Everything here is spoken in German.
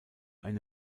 eine